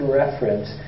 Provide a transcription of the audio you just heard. reference